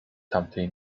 tamtej